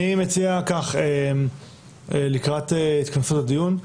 אני מציע כך לקראת התכנסות הדיון.